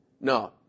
no